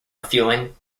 refueling